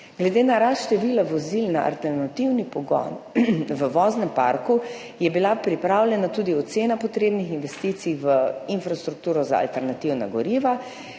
Glede na rast števila vozil na alternativni pogon v voznem parku je bila pripravljena tudi ocena potrebnih investicij v infrastrukturo za alternativna goriva,